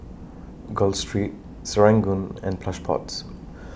Gul Street Serangoon and Plush Pods